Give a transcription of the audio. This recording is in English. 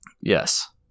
Yes